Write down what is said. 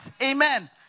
amen